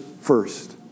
first